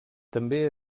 també